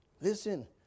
Listen